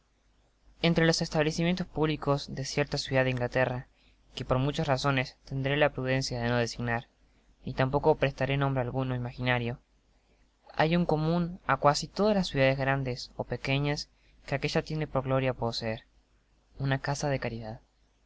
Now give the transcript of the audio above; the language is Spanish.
ntre los establecimientos públicos de cierta ciudad de inglaterra que por muchas razones tendré la prudencia de no designar ni tampoco prestaré nombre alguno imaginario hay uno comun á cua si todas las ciudades grandes ó pequeñas que aque lla tiene por gloria poseer una casa de caridad